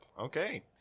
okay